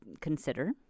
consider